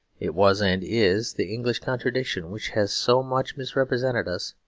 it was and is, the english contradiction, which has so much misrepresented us,